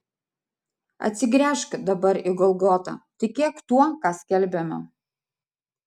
atsigręžk dabar į golgotą tikėk tuo ką skelbiame